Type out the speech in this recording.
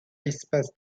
espace